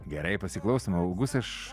gerai pasiklausom augustas š